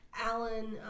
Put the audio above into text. Alan